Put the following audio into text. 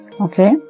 Okay